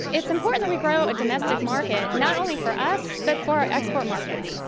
it's important that we grow a domestic market not only for us but for our export markets.